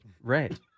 Right